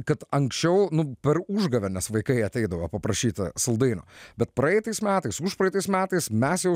kad anksčiau nu per užgavėnes vaikai ateidavo paprašyti saldainių bet praeitais metais užpraeitais metais mes jau